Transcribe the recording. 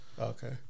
Okay